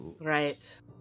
right